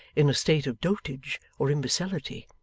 in a state of dotage or imbecility.